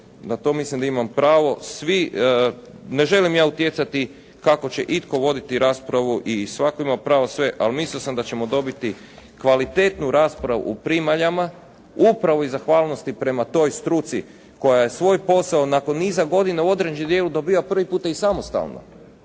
na to mislim da imam pravo, ne želim ja utjecati kako će itko voditi raspravu i svatko ima prvo sve, ali mislio sam da ćemo dobiti kvalitetnu raspravu o primaljama upravo iz zahvalnosti prema toj struci, koja je svoj posao nakon niza godina u određenom dijelu dobiva prvi puta i samostalno.